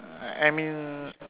I mean